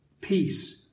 peace